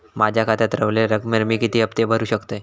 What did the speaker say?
माझ्या खात्यात रव्हलेल्या रकमेवर मी किती हफ्ते भरू शकतय?